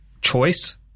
choice